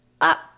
up